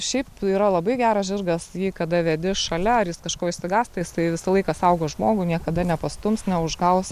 šiaip yra labai geras žirgas jį kada vedi šalia ar jis kažko išsigąsta jis tai visą laiką saugo žmogų niekada nepastums neužgaus